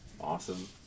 Awesome